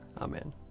Amen